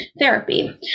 therapy